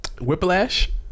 Whiplash